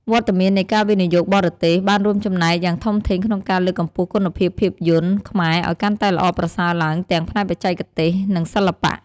វត្តមាននៃការវិនិយោគបរទេសបានរួមចំណែកយ៉ាងធំធេងក្នុងការលើកកម្ពស់គុណភាពភាពយន្តខ្មែរឱ្យកាន់តែល្អប្រសើរឡើងទាំងផ្នែកបច្ចេកទេស និងសិល្បៈ។